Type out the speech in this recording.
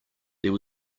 there